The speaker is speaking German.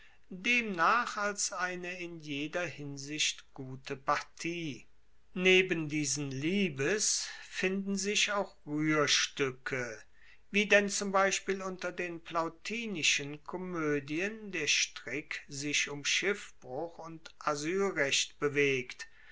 demnach als eine in jeder hinsicht gute partie neben diesen liebes finden sich auch ruehrstuecke wie denn zum beispiel unter den plautinischen komoedien der strick sich um schiffbruch und asylrecht bewegt